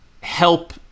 help